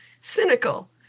cynical